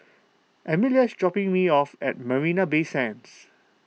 Emelia is dropping me off at Marina Bay Sands